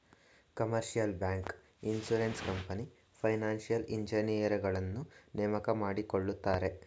commercial bank, insurance company, financial ಇಂಜಿನಿಯರುಗಳನ್ನು ನೇಮಕ ಮಾಡಿಕೊಳ್ಳುತ್ತಾರೆ